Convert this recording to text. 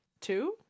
two